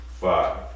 five